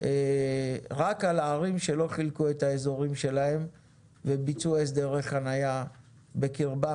רק על הערים שלא חילקו את האזורים שלהם וביצעו הסדרי חניה בקרבם.